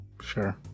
Sure